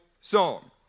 song